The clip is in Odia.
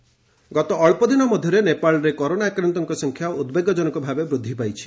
ନେପାଳ କରୋନା ଗତ ଅଞ୍ଚଦିନ ମଧ୍ୟରେ ନେପାଳରେ କରୋନା ଆକ୍ରାନ୍ତଙ୍କ ସଂଖ୍ୟା ଉଦ୍ବେଗଜନକ ଭାବରେ ବୃଦ୍ଧି ପାଇଛି